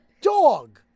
dog